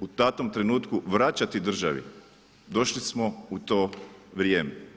u datom trenutku vraćati državi, došli smo u to vrijeme.